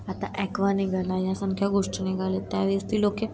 आता ॲक्वा निघाला आहे यासारख्या गोष्टी निघाल्या आहेत त्या वेळेस ती लोक